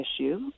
issue